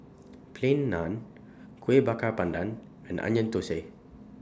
Plain Naan Kueh Bakar Pandan and Onion Thosai